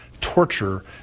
torture